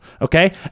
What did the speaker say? Okay